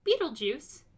Beetlejuice